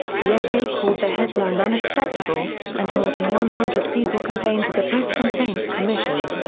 the fa called the headline unacceptable and more than one hundred people complained to the press complaints commission.